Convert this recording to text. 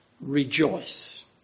rejoice